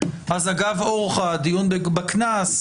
אז אגב אורחא בדיון בקנס,